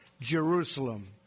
Jerusalem